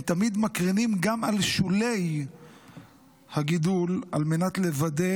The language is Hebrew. הם תמיד מקרינים גם על שולי הגידול על מנת לוודא